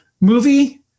movie